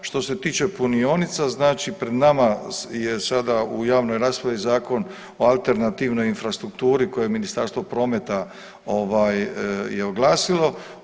Što se tiče punionica znači pred nama je sada u javnoj raspravi Zakon o alternativnoj infrastrukturi koje Ministarstvo prometa ovaj je oglasilo.